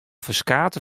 ferskate